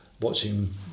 watching